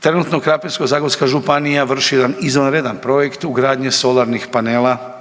Trenutno Krapinsko-zagorska županija vrši jedan izvanredan projekt ugradnje solarnih panela